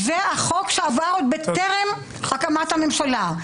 זה החוק שעבר עוד בטרם הקמת הממשלה.